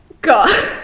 god